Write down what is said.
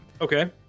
Okay